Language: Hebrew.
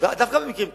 דווקא במקרים כאלה,